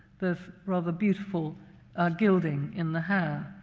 this rather beautiful gilding in the hair.